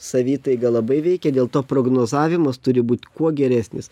savitaiga labai veikia dėl to prognozavimas turi būti kuo geresnis